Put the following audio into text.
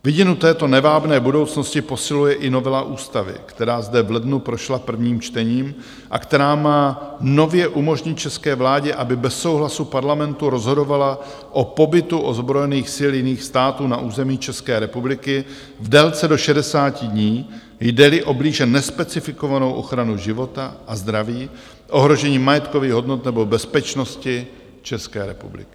Vidinu této nevábné budoucnosti posiluje i novela ústavy, která zde v lednu prošla prvním čtením a která má nově umožnit české vládě, aby bez souhlasu Parlamentu rozhodovala o pobytu ozbrojených sil jiných států na území České republiky v délce do 60 dní, jdeli o blíže nespecifikovanou ochranu života a zdraví, ohrožení majetkových hodnot nebo bezpečnosti České republiky.